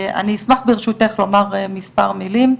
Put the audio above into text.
אני אשמח, ברשותך, לומר מספר מילים.